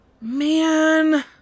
Man